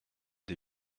des